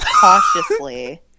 cautiously